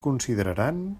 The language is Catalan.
consideraran